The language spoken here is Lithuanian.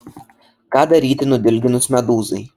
ką daryti nudilginus medūzai